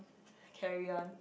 carry on